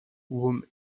whom